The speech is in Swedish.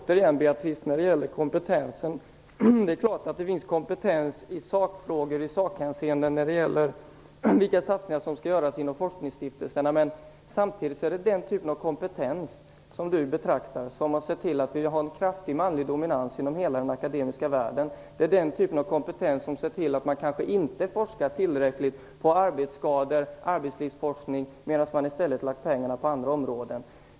Herr talman! Det är klart att det finns kompetens i sakfrågor när det gäller vilka satsningar som skall göras inom forskningsstiftelserna. Samtidigt är den typen av kompetens som har sett till att vi har en kraftig manlig dominans inom hela den akademiska världen. Det är den typen av kompetens som ser till att man kanske inte forskar tillräckligt på arbetsskador och arbetslivsforskning utan lägger pengarna på andra områden.